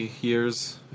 years